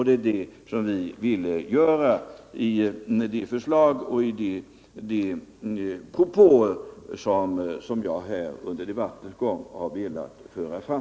Det är detta som vi vill göra med de förslag och propåer som jag under debattens gång har fört fram.